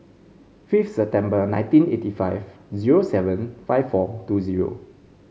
fifth September nineteen eighty five zero seven five four two zero